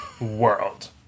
World